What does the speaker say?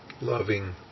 loving